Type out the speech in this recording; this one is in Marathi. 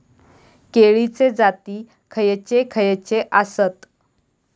केळीचे जाती खयचे खयचे आसत?